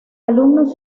alumnos